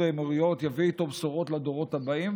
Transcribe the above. האמירויות יביא איתו בשורות לדורות הבאים,